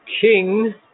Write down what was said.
king